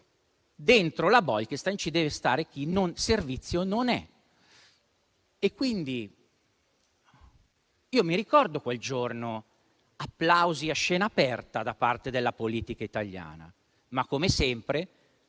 dentro la Bolkestein ci debba stare chi servizio non è. Mi ricordo quel giorno: applausi a scena aperta da parte della politica italiana; come sempre